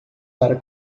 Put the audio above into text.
para